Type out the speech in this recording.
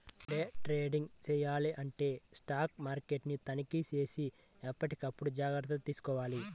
day trading చెయ్యాలంటే stock మార్కెట్ని తనిఖీచేసి ఎప్పటికప్పుడు జాగర్తలు తీసుకోవాలి